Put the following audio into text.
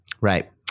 Right